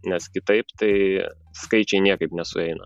nes kitaip tai skaičiai niekaip nesueina